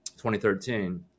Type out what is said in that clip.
2013